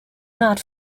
not